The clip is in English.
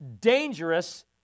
dangerous